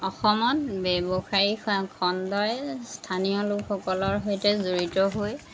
অসমত ব্যৱসায়িক খ খণ্ডই স্থানীয় লোকসকলৰ সৈতে জড়িত হৈ